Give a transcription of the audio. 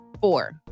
Four